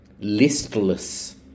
Listless